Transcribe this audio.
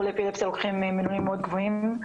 חולי אפילפסיה לוקחים מינונים מאוד גבוהים,